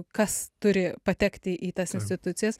kas turi patekti į tas institucijas